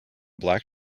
black